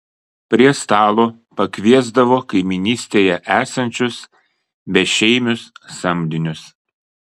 prie stalo pakviesdavo kaimynystėje esančius bešeimius samdinius